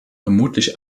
vermutlich